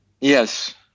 Yes